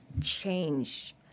change